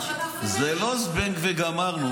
זה לא זבנג וגמרנו.